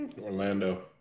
Orlando